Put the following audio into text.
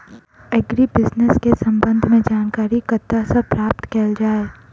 Agri business केँ संबंध मे जानकारी कतह सऽ प्राप्त कैल जाए?